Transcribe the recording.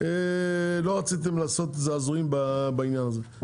לא רציתם לעשות זעזועים בעניין הזה,